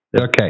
Okay